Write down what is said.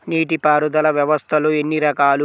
నీటిపారుదల వ్యవస్థలు ఎన్ని రకాలు?